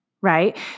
right